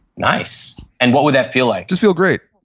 nice. and what would that feel like? just feel great.